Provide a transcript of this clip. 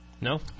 No